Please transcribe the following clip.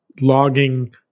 logging